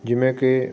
ਜਿਵੇਂ ਕਿ